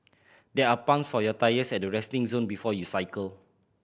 there are pump for your tyres at the resting zone before you cycle